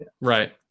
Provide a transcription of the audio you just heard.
Right